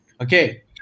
Okay